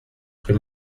rue